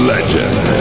Legend